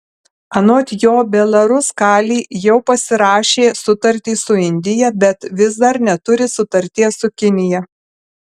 anot jo belaruskalij jau pasirašė sutartį su indija bet vis dar neturi sutarties su kinija